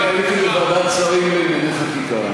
אני הייתי בוועדת שרים לענייני חקיקה,